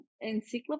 encyclopedia